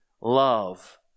love